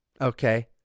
Okay